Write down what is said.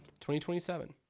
2027